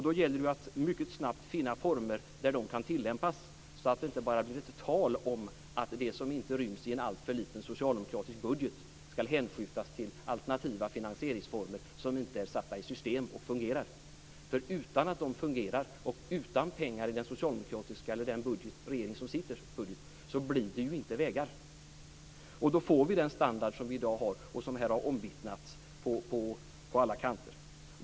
Då gäller det att mycket snabbt finna former för hur de kan tillämpas så att det inte bara blir tal om att det som inte ryms i en alltför liten socialdemokratisk budget ska hänskjutas till alternativa finansieringsformer som inte är satta i system och fungerar. Om de inte fungerar och om det inte finns pengar i regeringsbudgeten blir det ju inga vägar. Då får vi den standard som vi har i dag och som omvittnats på alla kanter.